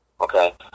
okay